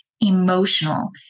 emotional